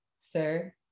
Sir